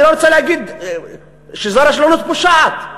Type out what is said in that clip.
אני לא רוצה להגיד שזו רשלנות פושעת.